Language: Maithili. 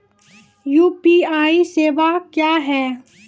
यु.पी.आई सेवा क्या हैं?